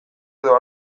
edo